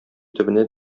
төбенә